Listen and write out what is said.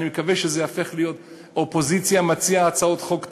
אני מקווה שכשהאופוזיציה תציע הצעות חוק טובות,